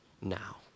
now